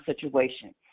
situation